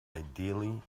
ideally